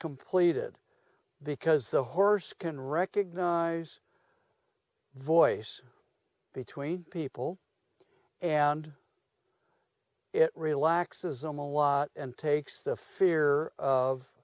completed because the horse can recognize the voice between people and it relaxes them a lot and takes the fear of